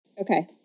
Okay